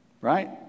right